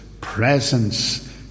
presence